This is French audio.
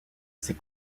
ses